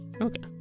Okay